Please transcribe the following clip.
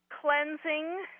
cleansing